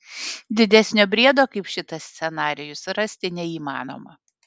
didesnio briedo kaip šitas scenarijus rasti neįmanoma